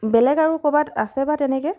বেলেগ আৰু ক'ৰবাত আছে বা তেনেকৈ